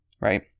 right